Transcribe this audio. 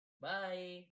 bye